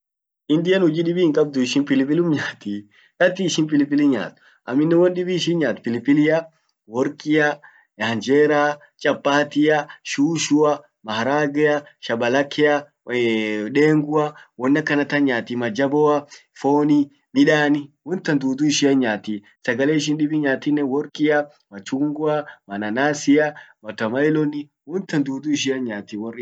indian huji dibi hinkabdu ishin pilipilum nyaati kati ishin pilipili nyaat. Amminen won dibi ishin nyaat pilipilia, workia, hanjera, chapatia, shushua, maharagea, shabalakea, dengua won akana tan nyaati .majaboa, foni ,midani, wontan dudu ishia hinyaati. sagale ishin dibi nyatinen workia, machungwa, mananasia, watamailoni, won dudu ishian hinyaati wor indian.